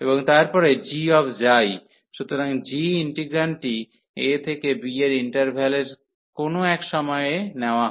এবং তারপরে gξ সুতরাং g ইন্টিগ্রান্ডটি a থেকে b এর ইন্টারভ্যাল এর কোন এক সময়ে নেওয়া হয়